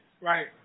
Right